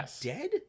dead